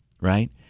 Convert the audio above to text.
right